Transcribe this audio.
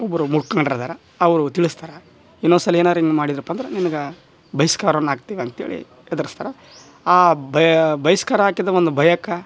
ಒಬ್ಬರು ಮುಖಂಡರಿದಾರ ಅವರು ತಿಳಸ್ತಾರ ಇನ್ನೊಂದ್ಸಲಿ ಏನಾರ ಹಿಂಗೆ ಮಾಡಿದ್ಯಪ್ಪ ಅಂದ್ರ ನಿನ್ಗೆ ಬಹಿಷ್ಕಾರವನ್ನ ಹಾಕ್ತೀವಂತೇಳಿ ಹೆದ್ರಸ್ತಾರ ಆ ಬಹಿಷ್ಕಾರ ಹಾಕಿದ ಒಂದು ಭಯಕ್ಕ